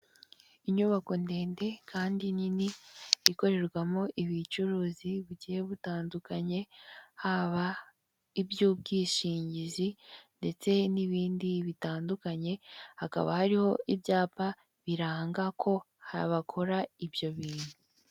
Inyubako ndende kandi nini, ikorerwamo ubucuruzi bugiye butandukanye, haba iby'ubwishingizi ndetse n'ibindi bitandukanye, hakaba hariho ibyapa biranga ko bakora ibyo bintu.